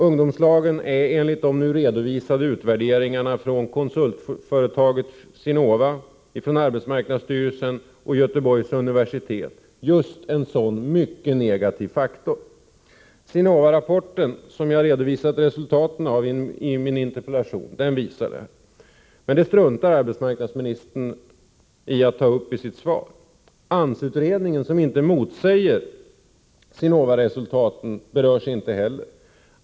Ungdomslagen är enligt de nu redovisade utvärderingarna från konsultföretaget Sinova, arbetsmarknadsstyrelsen och Göteborgs universitet just en sådan negativ faktor. Sinova-rapporten, som jag redovisat resultaten av i interpellationen, visar detta. Men det struntar arbetsmarknadsministern i att ta upp i sitt svar. AMS-utredningen, som inte motsäger Sinova-resultaten, berörs inte heller.